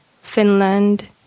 Finland